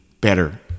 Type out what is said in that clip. better